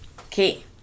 okay